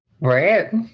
Right